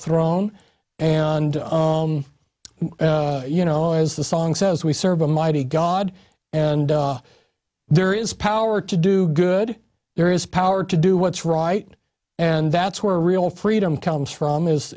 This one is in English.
throne and you know as the song says we serve a mighty god and there is power to do good there is power to do what's right and that's where real freedom comes from is